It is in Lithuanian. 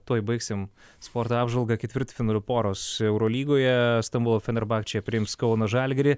tuoj baigsim sporto apžvalgą ketvirtfinalių poros eurolygoje stambulo fenerbahčė priims kauno žalgirį